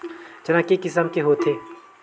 चना के किसम के होथे?